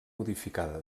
modificada